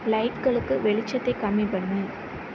லைட்களுக்கு வெளிச்சத்தை கம்மி பண்ணு